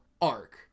arc